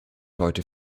heute